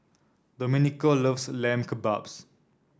Domenico loves Lamb Kebabs